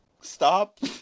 Stop